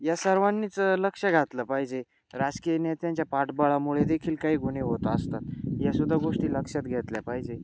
या सर्वांनीच लक्ष घातलं पाहिजे राजकीय नेत्यांच्या पाठबळामुळे देखील काही गुन्हे होत असतात यासुद्धा गोष्टी लक्षात घेतल्या पाहिजे